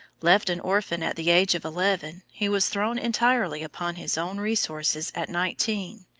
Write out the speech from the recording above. left an orphan at the age of eleven, he was thrown entirely upon his own resources at nineteen,